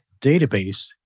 database